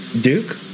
Duke